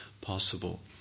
possible